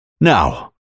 Now